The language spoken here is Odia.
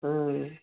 ହଁ